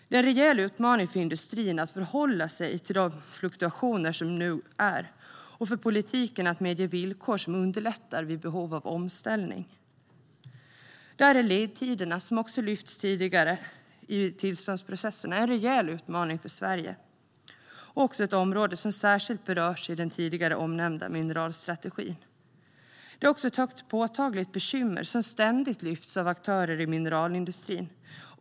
Det är en rejäl utmaning för industrin att förhålla sig till fluktuationerna och för politiken att medge villkor som underlättar vid behov av omställning. Ledtiderna i tillståndsprocesserna, som också har lyfts fram tidigare, är en rejäl utmaning för Sverige. Och det är ett område som särskilt berörs i den tidigare omnämnda mineralstrategin. Det är också ett högst påtagligt bekymmer som ständigt lyfts upp av aktörer i mineralindustrin.